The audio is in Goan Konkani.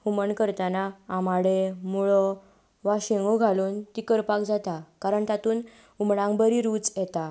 हुमण करताना आंबाडे मुळो वा शिंगो घालून ती करपाक जाता कारण तातूंत हुमणाक बरी रूच येता